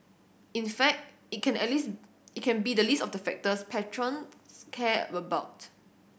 in fact it can earlies it can be the least of the factors patrons care about